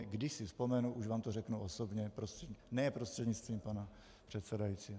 Když si vzpomenu, už vám to řeknu osobně, ne prostřednictvím pana předsedajícího.